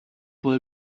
will